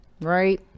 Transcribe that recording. right